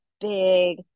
big